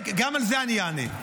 גם על זה אני אענה.